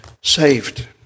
saved